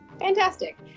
Fantastic